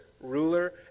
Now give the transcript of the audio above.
ruler